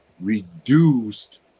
reduced